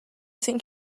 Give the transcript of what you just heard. think